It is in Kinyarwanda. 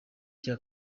cya